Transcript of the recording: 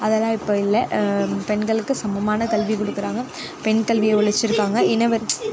அதெல்லாம் இப்போ இல்லை பெண்களுக்கு சமமான கல்வி கொடுக்குறாங்க பெண் கல்வியை ஒழிச்சிருக்காங்க இனவெ